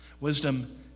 Wisdom